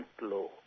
Law